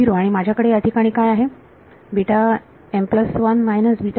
0 आणि माझ्याकडे याठिकाणी काय आहे विद्यार्थी M प्लस 1